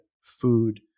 food